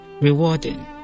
rewarding